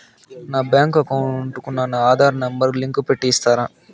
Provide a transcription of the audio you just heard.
నా bank account కు నా ఆధార్ నెంబర్ లింకు పెట్టి ఇస్తారా?